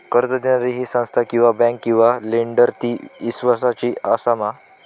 कर्ज दिणारी ही संस्था किवा बँक किवा लेंडर ती इस्वासाची आसा मा?